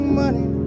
money